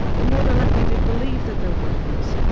the more they're likely to believe that they're worthless.